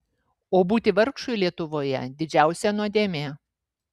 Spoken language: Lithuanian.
o būti vargšui lietuvoje didžiausia nuodėmė